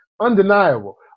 undeniable